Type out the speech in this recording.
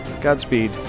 Godspeed